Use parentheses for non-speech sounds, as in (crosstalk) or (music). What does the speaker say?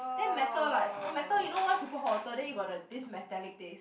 then metal like (noise) metal once you put hot water then you got the this metallic taste